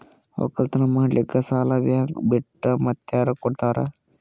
ಒಕ್ಕಲತನ ಮಾಡಲಿಕ್ಕಿ ಸಾಲಾ ಬ್ಯಾಂಕ ಬಿಟ್ಟ ಮಾತ್ಯಾರ ಕೊಡತಾರ?